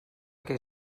que